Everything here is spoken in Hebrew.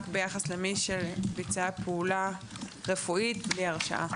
ביחס למי שביצע פעולה רפואית בלי הרשאה,